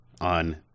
on